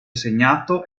segnato